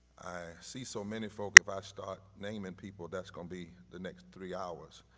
i see so many folk if i start naming people, that's going to be the next three hours,